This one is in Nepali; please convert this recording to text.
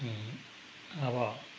अब